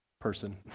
person